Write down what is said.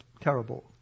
terrible